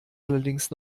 allerdings